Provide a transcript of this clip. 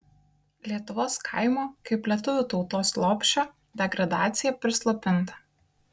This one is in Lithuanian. lietuvos kaimo kaip lietuvių tautos lopšio degradacija prislopinta